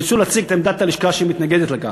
וניסו להציג את עמדת הלשכה, שמתנגדת לכך.